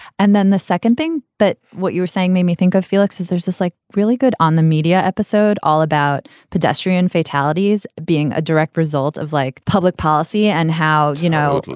and then the second thing that what you were saying made me think of felix is there's just like really good on the media episode, all about pedestrian fatalities being a direct result of like public policy and how, you know,